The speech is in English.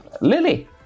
Lily